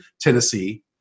Tennessee